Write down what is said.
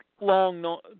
long